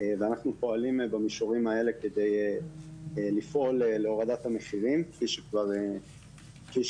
ואנחנו פועלים במישורים האלה כדי לפעול להורדת המחירים כפי שכבר נטען.